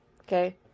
okay